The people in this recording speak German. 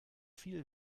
viel